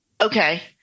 okay